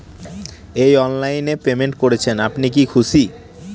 এই অনলাইন এ পেমেন্ট করছেন আপনি কি খুশি?